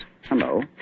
Hello